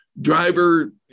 driver